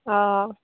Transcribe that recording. অ'